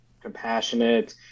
compassionate